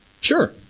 Sure